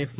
F